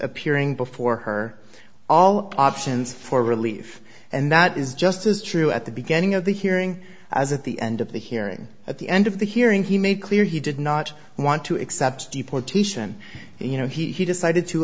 appearing before her all options for relief and that is just as true at the beginning of the hearing as at the end of the hearing at the end of the hearing he made clear he did not want to accept deportation you know he decided to